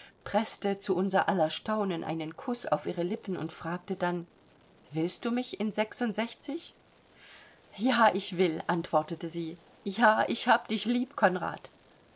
preßte zu unser aller staunen einen kuß auf ihre lippen und fragte dann willst du mich in sechsundsechzig ja ich will antwortete sie ja ich hab dich lieb konrad